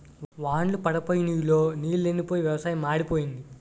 వాన్ళ్లు పడప్పోయి నుయ్ లో నీలెండిపోయి వ్యవసాయం మాడిపోయింది